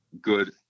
good